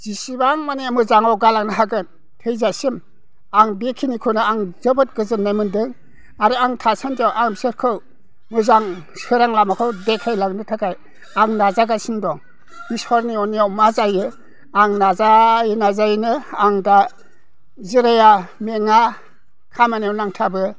जेसेबां माने मोजाङाव गालांनो हागोन थैजासिम आं बेखिनिखौनो आं जोबोद गोजोननाय मोन्दों आरो आं थासान्दियाव आं बिसोरखौ मोजां सोरां लामाखौ देखायलांनो थाखाय आं नाजागासिनो दं इसोरनि आननायाव मा जायो आं नाजायैनो नाजायैनो आं दा जिराया मेङा खामानियाव नांथाबो